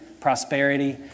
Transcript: prosperity